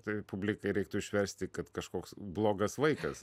tai publikai reiktų išversti kad kažkoks blogas vaikas